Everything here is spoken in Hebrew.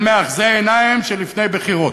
של מאחזי עיניים של לפני בחירות.